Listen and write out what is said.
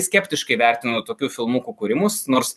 skeptiškai vertinu tokių filmukų kūrimus nors